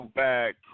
back